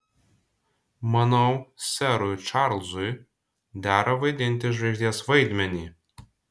manau serui čarlzui dera vaidinti žvaigždės vaidmenį